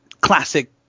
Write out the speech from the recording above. classic